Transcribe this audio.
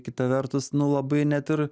kita vertus nu labai net ir